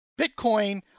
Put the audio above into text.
Bitcoin